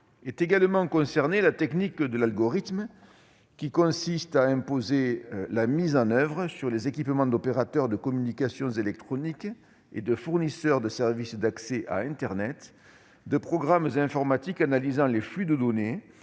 Est également visée la technique de l'algorithme, consistant à imposer la mise en oeuvre sur les équipements d'opérateurs de communications électroniques et de fournisseurs de services d'accès à internet de programmes informatiques analysant les flux de données,